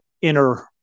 inner